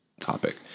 topic